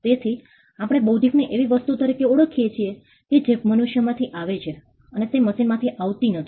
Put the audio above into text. તેથી આપણે બૌદ્ધિકને એવી વસ્તુ તરીકે ઓળખીએ છીએ કે જે મનુષ્યમાંથી આવે છે અને તે મશીનમાંથી આવતી નથી